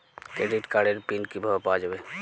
Credit কার্ডের PIN কিভাবে পাওয়া যাবে?